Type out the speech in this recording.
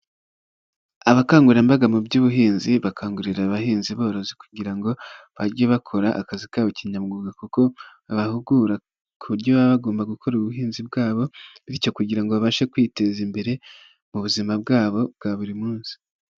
Abakangurambaga mu by'ubuhinzi bakangurira abahinzi borozi kugira ngo bajye bakora akazi kabo kinyamwuga kuko babahugura ku buryo baba bagomba gukora ubuhinzi bwabo, bityo kugira ngo babashe kwiteza imbere mu buzima bwabo bwa buri munsi.